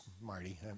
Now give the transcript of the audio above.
Marty